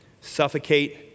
suffocate